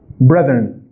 Brethren